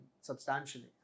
substantially